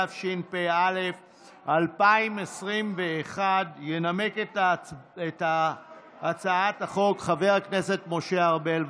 התשפ"א 2021. ינמק את הצעת החוק חבר הכנסת משה ארבל.